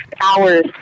hours